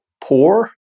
poor